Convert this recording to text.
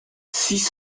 six